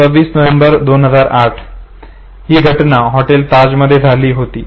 26 November 2008 रोजी हि घटना हॉटेल ताजमध्ये झाली होती